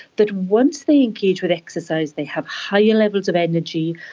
that once they engage with exercise they have higher levels of energy,